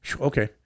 Okay